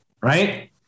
Right